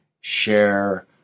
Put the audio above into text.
share